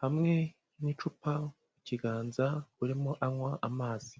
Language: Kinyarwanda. hamwe n'icupa mukiganza urimo anywa amazi.